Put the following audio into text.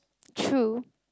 true